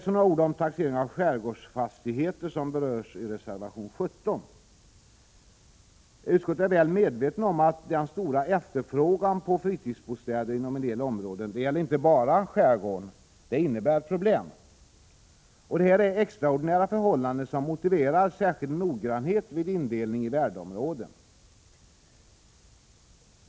Så några ord om taxering av skärgårdsfastigheter, en sak som berörs i reservation 17. Utskottet är väl medvetet om att den stora efterfrågan på fritidsbostäder inom en del områden — det gäller inte bara skärgården — innebär problem. Detta är extraordinära förhållanden, som motiverar särskild noggrannhet vid indelning i värdeområden.